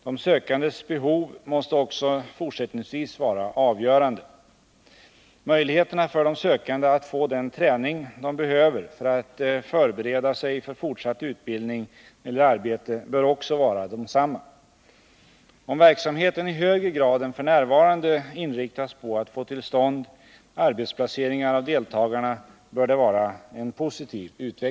De sökandes behov måste också fortsättningsvis vara 15 november 1979 avgörande. Möjligheterna för de sökande att få den träning de behöver för att förbereda — Om vissa omställsig för fortsatt utbildning eller arbete bör också vara desamma. Om = ningsoch träverksamheten i högre grad än f. n. inriktas på att få till stånd arbetsplaceringar — ningskurser (OT av deltagarna bör det vara en positiv utveckling.